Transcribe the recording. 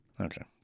Okay